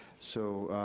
so,